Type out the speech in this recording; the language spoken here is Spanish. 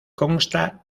consta